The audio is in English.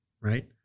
Right